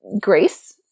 grace